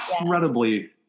incredibly